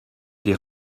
des